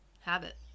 habit